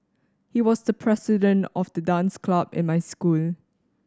he was the president of the dance club in my school